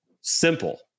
simple